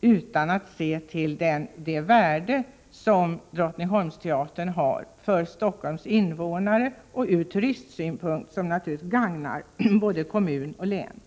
utan att se till det värde som Drottningholmsteatern har för Stockholms invånare och från turistsynpunkt. Bidraget gagnar naturligtvis både kommun och län.